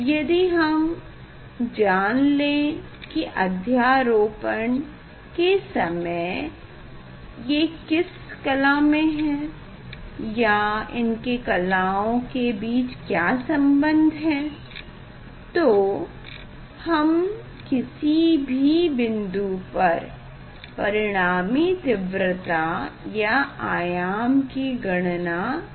यदि हम जान लें की अध्यारोपन के समय ये किस कला में है या इनके कलाओं के बीच क्या संबंध है तो हम किसी भी बिन्दु पर परिणामी तीव्रता या आयाम की गणना कर सकते हैं